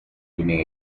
evening